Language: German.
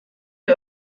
der